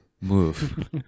move